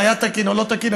אם היה תקין או לא תקין,